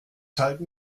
halten